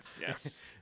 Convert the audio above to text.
yes